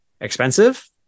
expensive